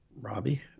Robbie